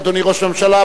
אדוני ראש הממשלה,